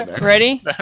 Ready